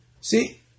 See